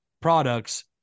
products